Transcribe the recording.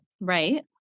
right